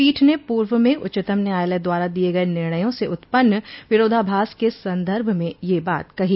पीठ ने पूर्व में उच्चतम न्यायालय द्वारा दिए गए निर्णयों से उत्पन्न विरोधाभास के संदर्भ में यह बात कही